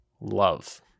Love